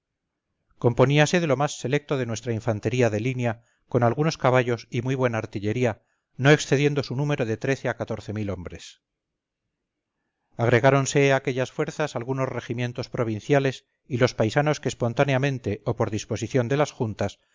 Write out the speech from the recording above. granada componíase de lo más selecto de nuestra infantería de línea con algunos caballos y muy buena artillería no excediendo su número de trece a catorce mil hombres agregáronse a aquellas fuerzas algunos regimientos provinciales y los paisanos que espontáneamente o por disposición de las juntas